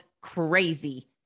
crazy